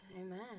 Amen